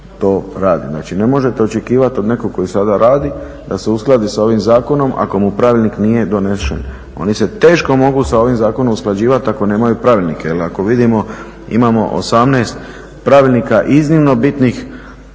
to radi. Znači, ne možete očekivati od nekog koji sada radi da se uskladi sa ovim zakonom ako mu pravilnik nije donesen. Oni se teško mogu sa ovim zakonom usklađivati ako nemaju pravilnike jer ako vidimo, imamo 18 pravilnika iznimno bitnih